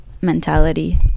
mentality